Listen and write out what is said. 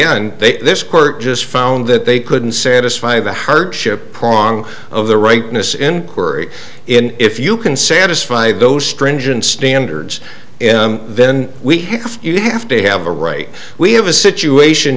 end they this court just found that they couldn't satisfy the hardship prong of the rightness inquiry in if you can satisfy those stringent standards then you have to have a right we have a situation